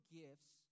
gifts